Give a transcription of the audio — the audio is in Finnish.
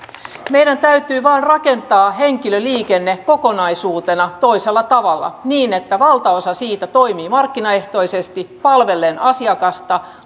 meidän täytyy vain rakentaa henkilöliikenne kokonaisuutena toisella tavalla niin että valtaosa siitä toimii markkinaehtoisesti palvellen asiakasta